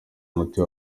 umuti